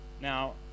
Now